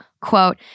quote